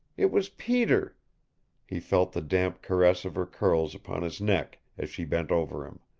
it was peter he felt the damp caress of her curls upon his neck as she bent over him.